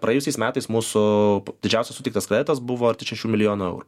praėjusiais metais mūsų didžiausias suteiktas kreditas buvo arti šešių milijonų eurų